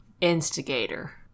instigator